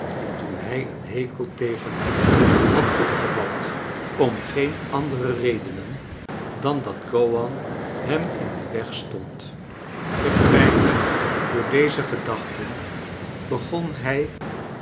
toen hij een bekel tegen hem had opgevat om geen andere redenen dan dat gowan hem in den weg stond gepijnigd door deze gedachten begon hij